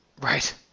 Right